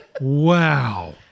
Wow